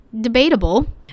debatable